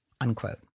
Unquote